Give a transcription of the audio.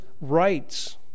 rights